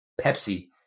Pepsi